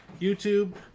YouTube